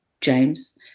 James